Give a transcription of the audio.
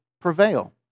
prevail